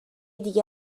دیگه